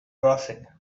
crossing